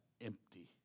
empty